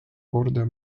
korda